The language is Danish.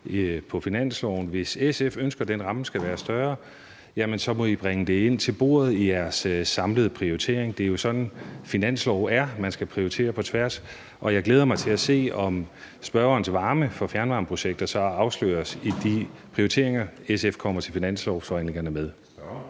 på finansloven. Hvis SF ønsker, at den ramme skal være større, så må I bringe det ind til bordet i jeres samlede prioritering. Det er jo sådan, finanslove er: Man skal prioritere på tværs. Jeg glæder mig til at se, om spørgerens varme for fjernvarmeprojekter så afsløres i de prioriteringer, SF kommer til finanslovsforhandlingerne med.